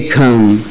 come